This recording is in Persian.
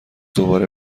دوباره